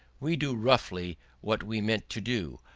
we do roughly what we meant to do,